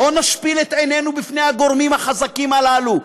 לא נשפיל את עינינו בפני הגורמים החזקים הללו,